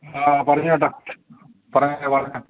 ആ പറഞ്ഞോ ഏട്ടാ പറഞ്ഞോ പറഞ്ഞോ